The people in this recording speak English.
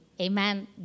amen